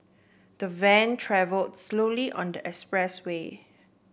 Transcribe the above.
the van travel slowly on the expressway